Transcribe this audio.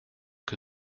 que